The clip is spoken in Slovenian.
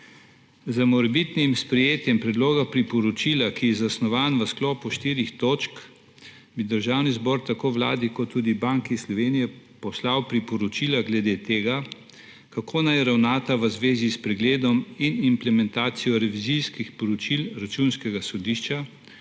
Z morebitnim sprejetjem predloga priporočila, ki je zasnovan v sklopu štirih točk, bi Državni zbor tako Vladi kot tudi Banki Slovenije poslal priporočila glede tega, kako naj ravnata v zvezi s pregledom in implementacijo revizijskih poročil Računskega sodišča,